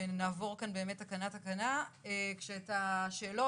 ונעבור כאן באמת תקנה תקנה כשאת השאלות,